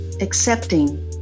accepting